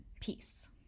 Peace